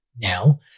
now